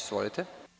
Izvolite.